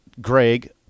Greg